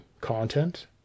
content